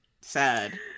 Sad